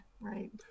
right